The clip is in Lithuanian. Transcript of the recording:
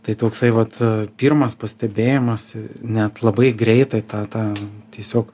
tai toksai vat pirmas pastebėjimas net labai greitai tą tą tiesiog